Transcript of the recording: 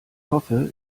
hoffe